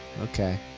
okay